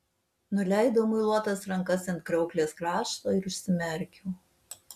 nuleidau muiluotas rankas ant kriauklės krašto ir užsimerkiau